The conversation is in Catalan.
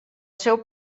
seu